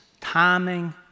timing